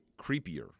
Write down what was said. creepier